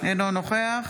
אינו נוכח